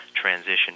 transition